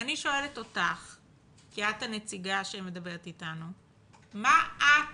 ואני שואלת אותך כי את הנציגה שמדברת איתנו, מה את